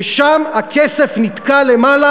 ושם הכסף נתקע למעלה,